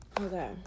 Okay